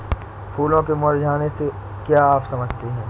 फूलों के मुरझाने से क्या आप समझते हैं?